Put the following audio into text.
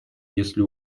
если